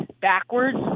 backwards